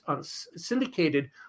syndicated